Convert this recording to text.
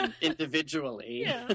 individually